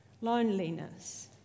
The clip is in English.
loneliness